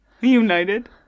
united